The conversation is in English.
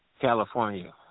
California